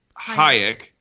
Hayek